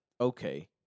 okay